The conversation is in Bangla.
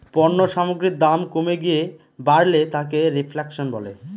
পণ্য সামগ্রীর দাম কমে গিয়ে বাড়লে তাকে রেফ্ল্যাশন বলে